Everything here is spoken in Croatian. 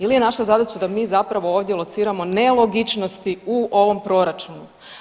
Ili je naša zadaća da mi zapravo ovdje lociramo nelogičnosti u ovom Proračunu?